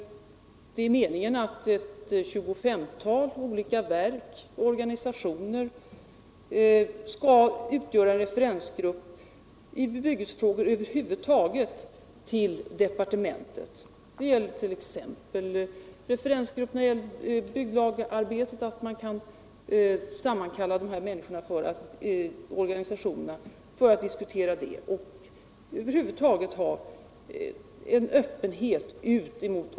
Det är meningen att ett tjugofemtal olika verk och organisationer skall utgöra en referensgrupp i förhållande till departementet i bebyggelsefrågor över huvud taget. Det gäller t.ex. bygglagarbetet, och tanken är att över huvud taget ha en större öppenhet ut mot organisationer, verk m.fl. i flera av de större frågor som berör departementet.